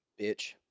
bitch